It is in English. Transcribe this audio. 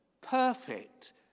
perfect